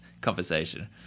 conversation